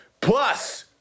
Plus